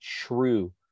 true